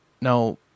Now